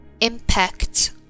impact